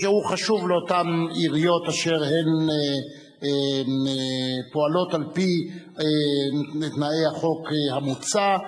אשר הוא חשוב לאותן עיריות אשר פועלות על-פי תנאי החוק המוצע,